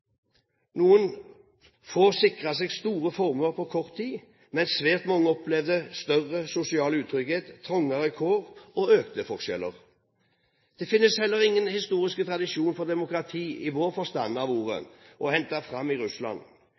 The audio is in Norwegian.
seg store formuer på kort tid. Men svært mange opplevde større sosial utrygghet, trangere kår og økte forskjeller. Det finnes heller ingen historisk tradisjon for demokrati i vår forstand av ordet å hente fram i Russland.